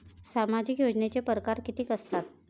सामाजिक योजनेचे परकार कितीक असतात?